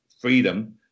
freedom